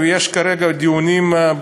יש כרגע דיונים,